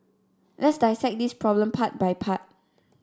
let's dissect this problem part by part